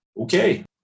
okay